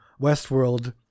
Westworld